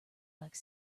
like